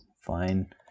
fine